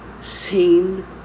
seen